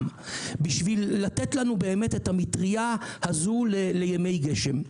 בשביל לתת לנו באמת את המטרייה הזו לימות גשם.